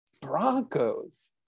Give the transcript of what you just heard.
Broncos